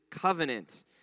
covenant